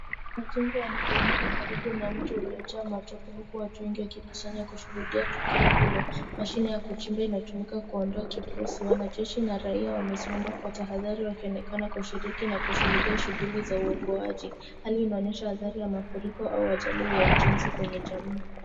Majengo yamebomoka karibu na mto uliojaa matope huku watu wengi wakikusanya kushuhudia tukio hilo. Mashine ya kuchimba inatumika kuondoa kifusi. Wanajeshi na raia wamesimama kwa tahadhari wakionekana kushiriki na kushuhudia shughulli za uokoaji. Hali inaonyesha athari ya mafuriko au ajali ya ujenzi kwenye jamii.